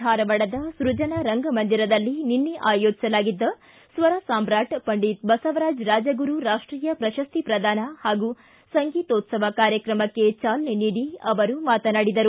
ಧಾರವಾಡದ ಸ್ಫಜನಾ ರಂಗಮಂದಿರದಲ್ಲಿ ನಿನ್ನೆ ಆಯೋಜಿಸಲಾಗಿದ್ದ ಸ್ವರ ಸಾಮ್ರಾಟ ಪಂಡಿತ ಬಸವರಾಜ ರಾಜಗುರು ರಾಷ್ಷೀಯ ಪ್ರಶಸ್ತಿ ಪ್ರದಾನ ಹಾಗೂ ಸಂಗೀತೋತ್ಸವ ಕಾರ್ಯಕ್ರಮಕ್ಕೆ ಜಾಲನೆ ನೀಡಿ ಅವರು ಮಾತನಾಡಿದರು